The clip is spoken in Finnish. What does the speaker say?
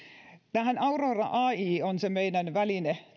tämä auroraai on se meidän väline